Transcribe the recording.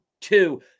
two